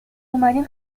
اومدیم